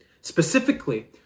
Specifically